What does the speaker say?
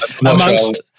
Amongst